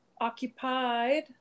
occupied